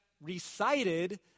recited